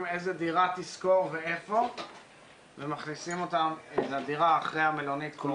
עם איזה דירה תשכור ואיפה ומכניסים אותם לדירה אחרי מלונית הקורונה.